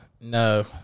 No